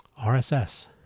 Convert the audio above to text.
RSS